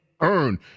earn